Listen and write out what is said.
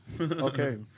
Okay